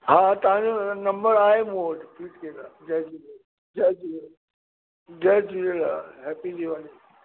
हा तव्हां जो नंबर आहे मूं वटि फीड कयलु आहे जय झूलेलाल जय झूलेलाल हैप्पी दिवाली